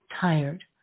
tired